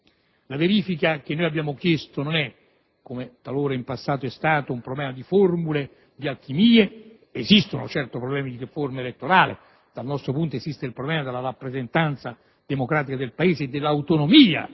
verifica chiesta, che non è, come talora in passato è stato, un problema di formule, di alchimie. Esistono, certo, problemi di riforma elettorale. Dal nostro punto di vista esiste il problema della rappresentanza democratica del Paese e dell'autonomia